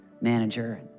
manager